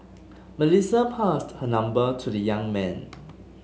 Melissa passed her number to the young man